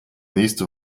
nächste